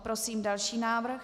Prosím další návrh.